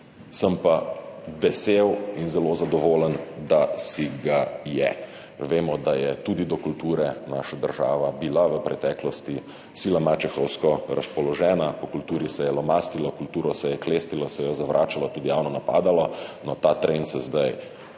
sem pa vesel in zelo zadovoljen, da si ga je. Vemo, da je tudi do kulture naša država bila v preteklosti sila mačehovsko razpoložena, po kulturi se je lomastilo, kulturo se je klestilo, se jo zavračalo, tudi javno napadalo. No, ta trend se zdaj